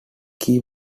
key